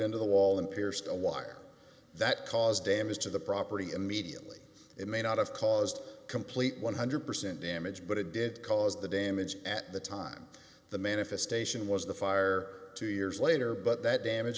into the wall and pierced a wire that caused damage to the property immediately it may not have caused complete one hundred percent damage but it did cause the damage at the time the manifestation was the fire two years later but that damage